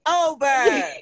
over